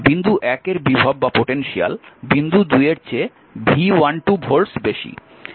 বিন্দু 1 এর বিভব বিন্দু 2 এর চেয়ে V12 ভোল্টস বেশি